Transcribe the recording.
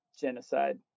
genocide